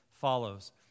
follows